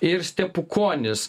ir stepukonis